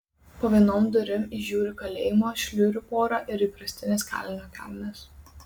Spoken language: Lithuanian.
po vienom durim įžiūriu kalėjimo šliurių porą ir įprastines kalinio kelnes